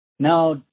Now